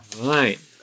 Right